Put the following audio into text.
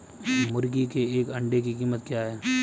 मुर्गी के एक अंडे की कीमत क्या है?